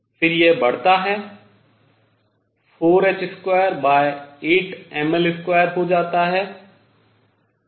फिर यह बढ़ता है 4h28mL2 हो जाता है